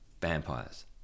vampires